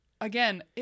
again